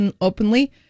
openly